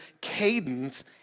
cadence